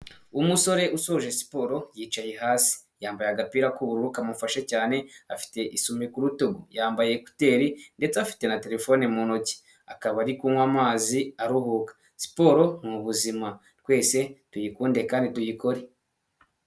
Umusore usoje siporo yicaye hasi, yambaye agapira k'ubururu kamufashe cyane, afite isume ku rutugu, yambaye ekuteri ndetse afite na telefone mu ntoki, akaba ari kunywa amazi aruhuka, siporo n'ubuzima twese tuyikunde kandi tuyikore.